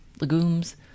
legumes